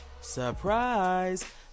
Surprise